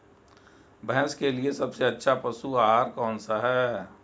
भैंस के लिए सबसे अच्छा पशु आहार कौनसा है?